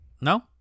No